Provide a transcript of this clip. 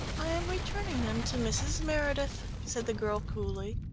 i am returning them to mrs. meredith, said the girl coolly.